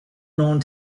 known